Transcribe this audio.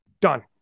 done